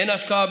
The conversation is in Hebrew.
הן בהשקעה,